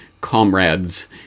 comrades